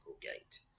gate